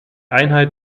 einheit